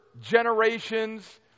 generations